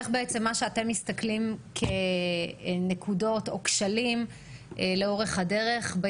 איך מה שאתם רואים ככשלים לאורך הדרך בא